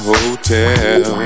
Hotel